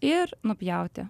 ir nupjauti